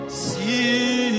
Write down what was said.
see